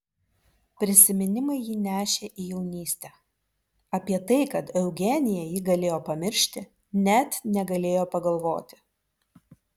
prisiminimai jį nešė į jaunystę apie tai kad eugenija jį galėjo pamiršti net negalėjo pagalvoti